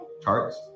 Charts